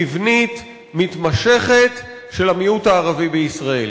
מבנית, מתמשכת, של המיעוט הערבי בישראל.